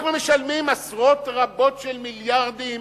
אנחנו משלמים עשרות רבות של מיליארדים